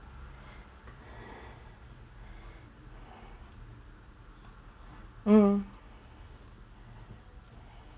mm